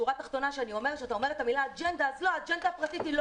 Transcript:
אתה אומר אג'נדה, והאג'נדה הפרטית שלי לא